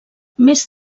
més